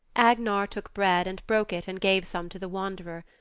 agnar took bread and broke it and gave some to the wanderer.